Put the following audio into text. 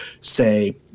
say